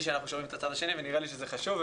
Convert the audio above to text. לשמוע את הצד השני ונראה לי שזה חשוב,